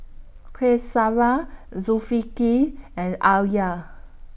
Qaisara Zulkifli and Alya